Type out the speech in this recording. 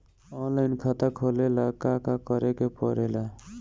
Online खाता खोले ला का का करे के पड़े ला?